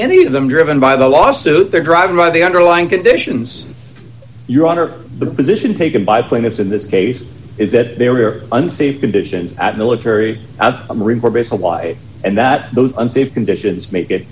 any of them driven by the law so they're driving by the underlying conditions your honor the position taken by the plaintiffs in this case is that they were unsafe conditions at military a marine corps base hawaii and that those unsafe conditions make it